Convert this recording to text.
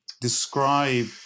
describe